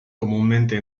comúnmente